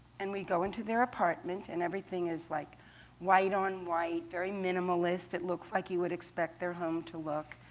and we go into their apartment, and everything is like white on white, very minimalist. it looks like you would expect their home to look.